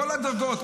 כל הדרגות,